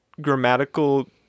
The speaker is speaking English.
grammatical